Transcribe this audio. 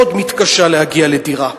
מאוד מתקשה להגיע לדירה.